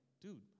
dude